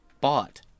bought